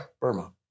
Burma